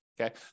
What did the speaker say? Okay